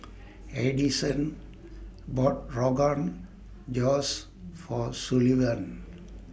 Addyson bought Rogan Josh For Sullivan